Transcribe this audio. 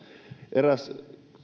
eräs